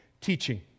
Teaching